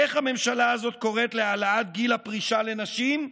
איך הממשלה הזאת קוראת להעלאת גיל הפרישה לנשים?